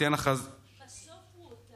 חוק ומשפט